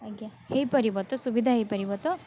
ଆଜ୍ଞା ହେଇପାରିବ ତ ସୁବିଧା ହେଇପାରିବ ତ